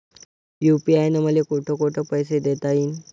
UPI न मले कोठ कोठ पैसे देता येईन?